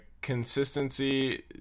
consistency